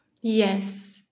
Yes